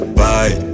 bye